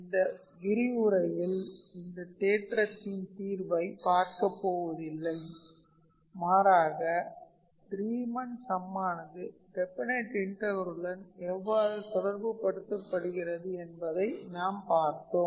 இந்த விரிவுரையில் இந்த தேற்றத்தின் தீர்வை பார்க்கப்போவதில்லை மாறாக ரீமன் சம்மானது டெஃபனைட் இன்டகரலுடன் எவ்வாறு தொடர்புபடுத்தப்படுகிறது என்பதை நாம் பார்த்தோம்